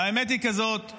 והאמת היא כזאת,